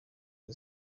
izo